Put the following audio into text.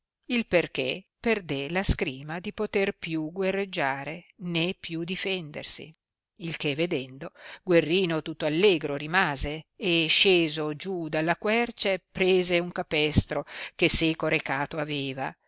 il perchè perde la scrima di poter più guerreggiare né più difendersi il che vedendo guerrino tutto allegro rimase e sceso giù della querce prese un capestro che seco recato aveva